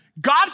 God